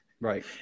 Right